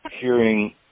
hearing